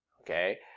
okay